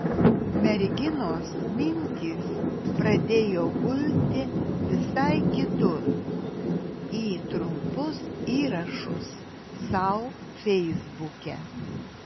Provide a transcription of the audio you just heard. merginos mintys pradėjo gulti visai kitur į trumpus įrašus sau feisbuke